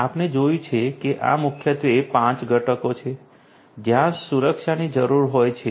આપણે જોયું છે કે આ મુખ્યત્વે પાંચ ઘટકો છે જ્યાં સુરક્ષાની જરૂર હોય છે